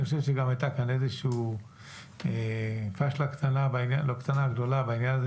אני חושב שגם הייתה כאן איזושהי פשלה גדולה בעניין הזה